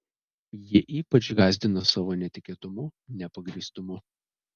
ji ypač gąsdino savo netikėtumu nepagrįstumu